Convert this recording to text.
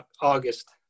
August